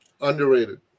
underrated